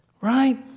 right